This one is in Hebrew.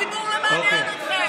הציבור לא מעניין אתכם.